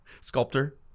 Sculptor